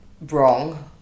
wrong